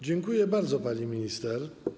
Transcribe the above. Dziękuję bardzo, pani minister.